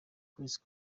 kwezi